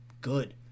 good